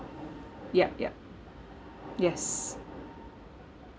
yup yup yes